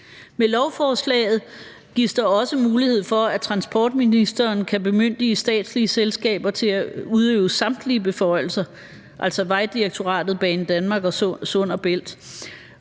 Med lovforslaget gives der også mulighed for, at transportministeren kan bemyndige statslige selskaber til at udøve samtlige beføjelser, altså Vejdirektoratet, Banedanmark og Sund og Bælt,